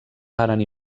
varen